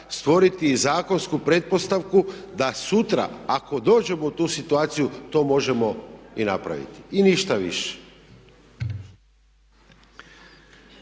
stvoriti i zakonsku pretpostavku da sutra ako dođemo u tu situaciju to možemo i napraviti. I ništa više.